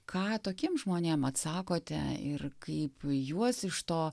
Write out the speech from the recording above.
ką tokiem žmonėm atsakote ir kaip juos iš to